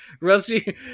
Rusty